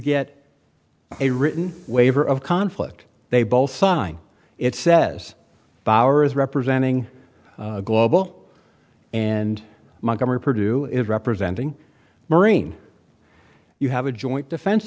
get a written waiver of conflict they both sign it says bowers representing global and montgomery perdue is representing marine you have a joint defense